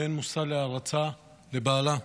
והן מושא להערצה של בעלה.